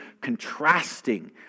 contrasting